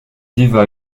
vivent